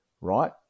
Right